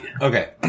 Okay